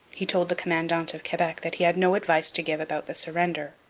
he told the commandant of quebec that he had no advice to give about the surrender.